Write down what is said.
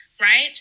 right